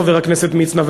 חבר הכנסת מצנע,